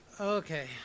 Okay